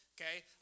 okay